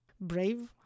Brave